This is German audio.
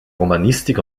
romanistik